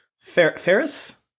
Ferris